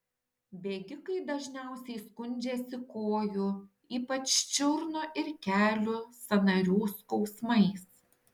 bėgikai dažniausiai skundžiasi kojų ypač čiurnų ir kelių sąnarių skausmais